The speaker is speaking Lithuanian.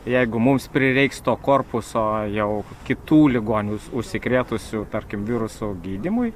jeigu mums prireiks to korpuso jau kitų ligonių užsikrėtusių tarkim viruso gydymui